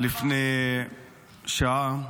לפני שעה